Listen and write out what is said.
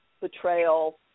betrayal